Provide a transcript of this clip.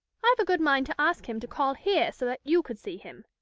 i've a good mind to ask him to call here so that you could see him.